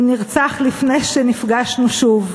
הוא נרצח לפני שנפגשנו שוב.